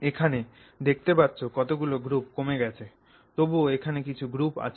এখানে দেখতে পাচ্ছ কতগুলো গ্রুপ কমে গেছে তবুও এখানে কিছু গ্রুপ আছে